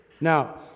Now